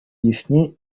йышне